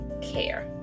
care